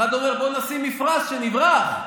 אחד אומר: בוא נשים מפרש, שנברח.